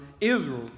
Israel